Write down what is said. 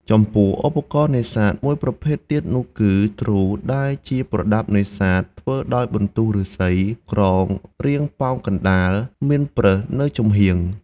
ចំពោះឧបករណ៍នេសាទមួយប្រភេទទៀតនោះគឺ ទ្រូ ដែលជាប្រដាប់នេសាទ ធ្វើដោយបន្ទោះឫស្សីក្រងរាងប៉ោងកណ្ដាល មានប្រឹសនៅចំហៀង។